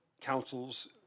councils